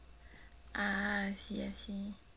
ah I see I see